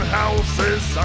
houses